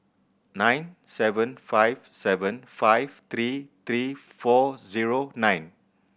nine seven five seven five three three four zero nine